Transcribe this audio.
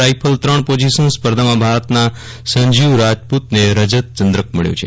rifle ત્રણ position સ્પર્ધામાં ભારતના સંજીવ રાજપૂતને રજત ચંદ્રક મળ્યો છે